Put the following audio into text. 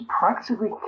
practically